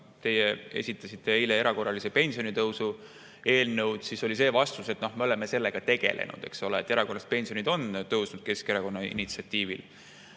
teie esitasite eile erakorralise pensionitõusu eelnõu, siis oli vastus, et me oleme sellega tegelenud. Erakorraliselt pensionid on tõusnud Keskerakonna initsiatiivil.